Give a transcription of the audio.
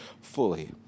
fully